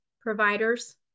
providers